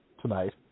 tonight